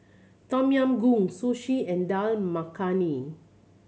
Tom Yam Goong Sushi and Dal Makhani